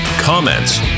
comments